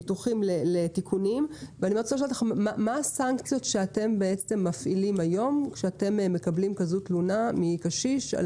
ולכן אנחנו מאתרים את החברות האלו ואנחנו עושים איזו שהיא בדיקת